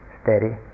steady